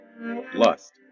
Lust